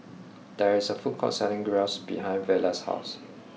there is a food court selling Gyros behind Vela's house